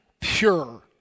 pure